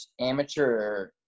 amateur